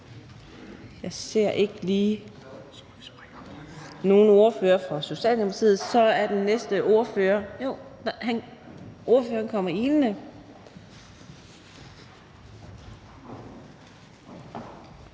Jeg ser ikke lige nogen ordfører fra Socialdemokratiet – jo, ordføreren kommer ilende